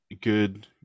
good